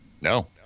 No